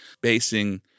basing